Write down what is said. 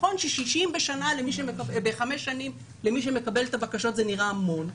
נכון ש-60 בשנה ב-5 שנים למי שמקבל את הבקשות זה נראה המון,